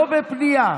לא בפנייה.